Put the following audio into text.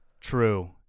True